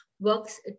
works